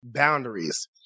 boundaries